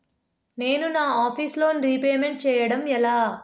నేను నా office loan repayment చేయడం ఎలా?